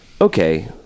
Okay